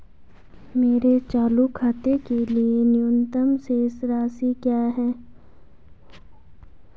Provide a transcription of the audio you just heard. मेरे चालू खाते के लिए न्यूनतम शेष राशि क्या है?